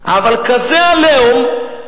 אבל כזה "עליהום",